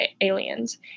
aliens